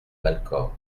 valcor